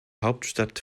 hauptstadt